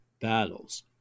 battles